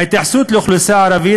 ההתייחסות לאוכלוסייה הערבית,